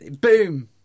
Boom